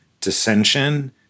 dissension